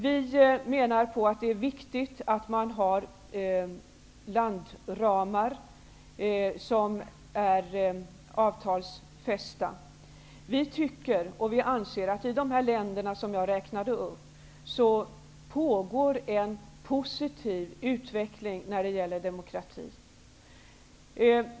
Vi menar att det är viktigt att landramarna är avtalsfästa. I de länder som jag räknade upp pågår en positiv utveckling när det gäller demokrati.